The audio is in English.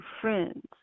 friends